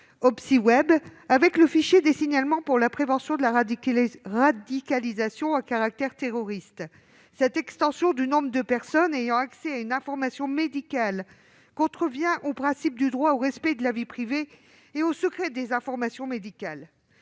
OPCI web avec le fichier des signalements pour la prévention de la radicalisation à caractère terroriste. Une telle extension du nombre de personnes ayant accès à une information médicale contrevient aux principes du droit, au respect de la vie privée et au secret des informations médicales.